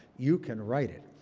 you can write it.